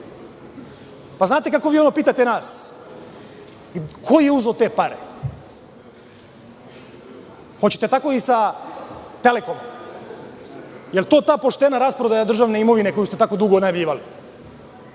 Znate kako vi ono pitate nas, ko je uzeo te pare? Hoćete tako i sa „Telekomom“? Da li je to ta poštena rasprodaja državne imovine koju ste tako dugo